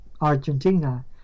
Argentina